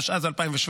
התשע"ז 2017,